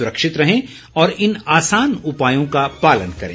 सुरक्षित रहें और इन आसान उपायों का पालन करें